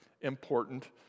important